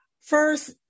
first